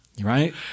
Right